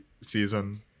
season